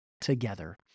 together